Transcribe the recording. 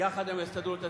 יחד עם ההסתדרות הציונית,